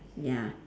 ya